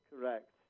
Correct